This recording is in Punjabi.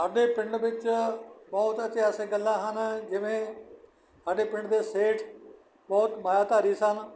ਸਾਡੇ ਪਿੰਡ ਵਿੱਚ ਬਹੁਤ ਇਤਿਹਾਸਿਕ ਗੱਲਾਂ ਹਨ ਜਿਵੇਂ ਸਾਡੇ ਪਿੰਡ ਦੇ ਸੇਠ ਬਹੁਤ ਮਾਇਆਧਾਰੀ ਸਨ